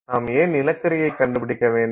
நாம் ஏன் நிலக்கரியைக் கண்டுபிடிக்க வேண்டும்